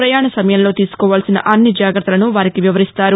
ప్రయాణ సమయంలో తీసుకోవాల్సిన అన్ని జాగ్రత్తలను వారికి వివరిస్తారు